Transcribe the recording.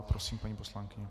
Prosím, paní poslankyně.